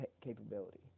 capability